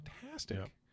fantastic